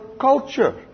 culture